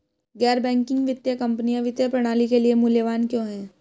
गैर बैंकिंग वित्तीय कंपनियाँ वित्तीय प्रणाली के लिए मूल्यवान क्यों हैं?